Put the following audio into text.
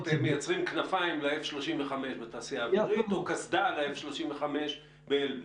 מייצרים כנפיים ל-F35 בתעשייה האווירית או קסדה ל-F35 באלביט.